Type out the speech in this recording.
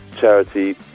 charity